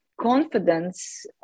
confidence